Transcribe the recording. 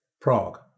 Prague